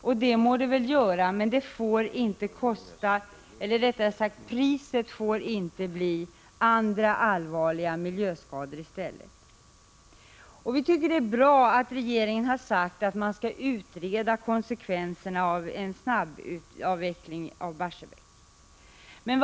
Kosta må det väl göra, men priset får inte bli andra allvarliga miljöskador i stället. Vi tycker det är bra att regeringen har sagt att man skall utreda konsekvenserna av en snabbavveckling av Barsebäck.